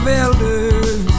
elders